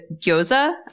gyoza